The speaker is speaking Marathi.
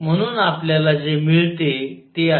म्हणून आपल्याला जे मिळते ते आहे